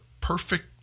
perfect